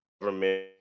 government